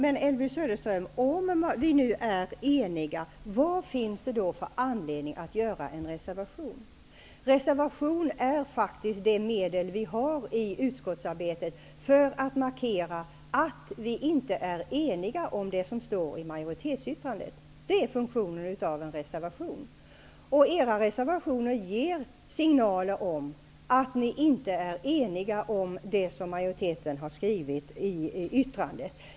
Herr talman! Men om vi nu är eniga, Elvy Söderström, vad finns det då för anledning att göra en reservation? En reservation är faktiskt det medel som vi har i utskottsarbetet för att markera att vi inte är eniga om det som står i majoritetsyttrandet. Det är funktionen av en reservation. Era reservationer ger signaler om att ni inte är eniga om det som majoriteten har skrivit i yttrandet.